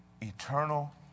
eternal